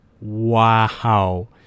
wow